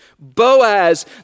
Boaz